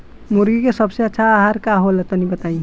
मुर्गी के सबसे अच्छा आहार का होला तनी बताई?